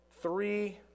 three